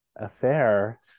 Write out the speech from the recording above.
affair